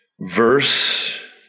verse